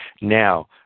now